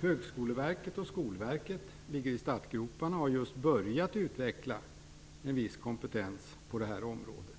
Högskoleverket och Skolverket ligger i startgroparna och har just börjat utveckla en viss kompetens på det här området.